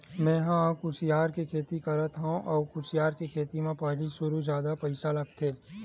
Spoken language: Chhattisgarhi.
मेंहा ह कुसियार के खेती करत हँव अउ कुसियार के खेती म पहिली सुरु जादा पइसा लगथे